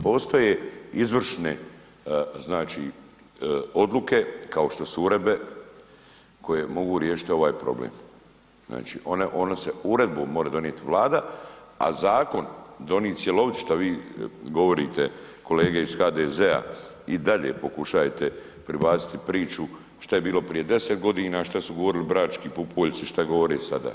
Postoje izvršne znači odluke kao što su uredbe koje mogu riješiti ovaj problem, znači one, one se uredbom more donit Vlada, a zakon donit cjelovit što vi govorite kolege iz HDZ-a i dalje pokušajete pribaciti priču šta je bilo prije 10.g., šta su govorili Brački pupoljci, šta govore sada.